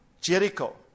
Jericho